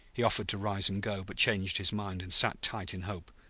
he offered to rise and go, but changed his mind and sat tight in hope.